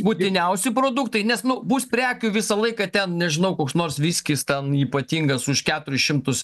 būtiniausi produktai nes nu bus prekių visą laiką ten nežinau koks nors viskis ten ypatingas už keturis šimtus